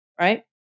right